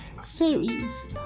series